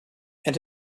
and